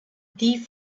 die